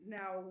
now